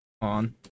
On